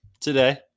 today